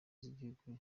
z’igihugu